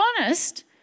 honest